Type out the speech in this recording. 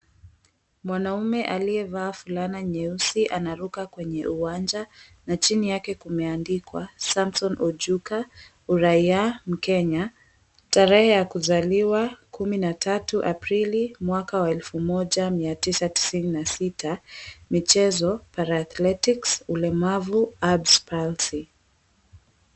Mwanamume aliyevaa fulana nyeusi anaruka kwenye uwanja. Na chini yake kumeandikwa Samson Ojuka. Uraia: Mkenya. Tarehe ya kuzaliwa: 13 Aprili, mwaka wa elfu moja mia tisa tisini na sita. Michezo: Para-athletics. Ulemavu: Erbs palsy.